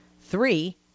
three